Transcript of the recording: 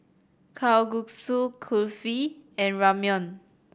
Kalguksu Kulfi and Ramyeon